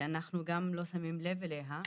שאנחנו גם לא שמים לב אליה.